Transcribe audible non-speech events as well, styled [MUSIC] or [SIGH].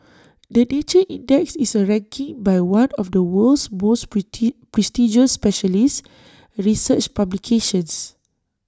the nature index is A ranking by one of the world's most [UNINTELLIGIBLE] prestigious specialist research publications